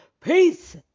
Peace